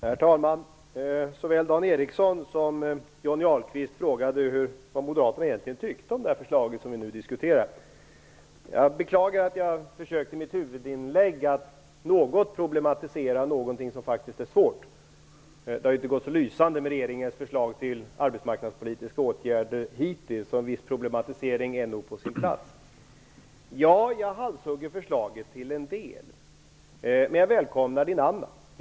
Herr talman! Såväl Dan Ericsson som Johnny Ahlqvist frågade vad Moderaterna egentligen tycker om det förslag som vi nu diskuterar. Jag beklagar att jag i mitt huvudanförande försökte att problematisera någonting som faktiskt är svårt. Det har ju hittills inte gått så lysande vad gäller regeringens förslag till arbetsmarknadspolitiska åtgärder, så en viss problematisering är nog på sin plats. Ja, jag halshugger förslaget till en del, men jag välkomnar det till en annan del.